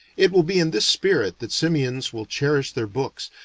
it will be in this spirit that simians will cherish their books,